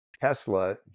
tesla